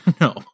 No